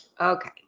Okay